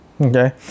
Okay